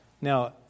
Now